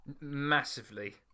massively